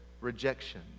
rejection